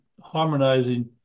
harmonizing